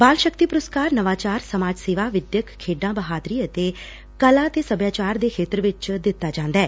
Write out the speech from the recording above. ਬਾਲ ਸ਼ਕਤੀ ਪੁਰਸਕਾਰ ਨਵਾਚਾਰ ਸਮਾਜ ਸੇਵਾ ਵਿਦਿਅਕ ਖੇਡਾਂ ਬਹਾਦਰੀ ਅਤੇ ਕਲਾ ਅਤੇ ਸਭਿਆਚਾਰ ਦੇ ਖੇਤਰ ਚ ਦਿੱਤਾ ਜਾਂਦੈ